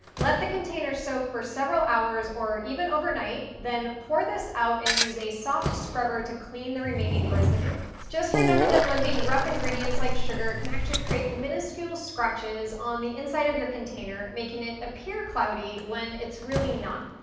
let the container soak for several hours or even over night then pour this out and use a soft scrubber to clean the remaining residue. just remember that blending rough ingredients like sugar can actually create minuscule scratches on the inside of your container making it appear cloudy when it's really not.